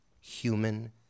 human